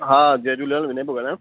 हा जय झूलेलाल विनय पियो ॻाल्हायां